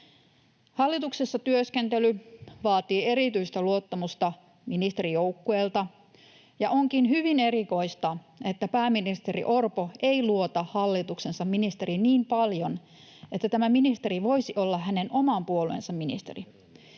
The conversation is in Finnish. Hallituksessa työskentely vaatii erityistä luottamusta ministerijoukkueelta, ja onkin hyvin erikoista, että pääministeri Orpo ei luota hallituksensa ministeriin niin paljon, että tämä ministeri voisi olla hänen oman puolueensa ministeri.